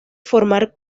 formar